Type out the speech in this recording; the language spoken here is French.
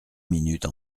minutes